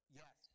yes